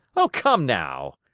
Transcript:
oh, come now!